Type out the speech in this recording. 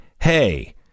Hey